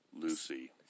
Lucy